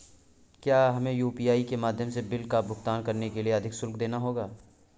क्या हमें यू.पी.आई के माध्यम से बिल का भुगतान करने के लिए अधिक शुल्क देना होगा?